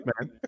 man